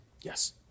yes